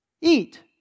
Eat